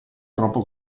troppo